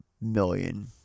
million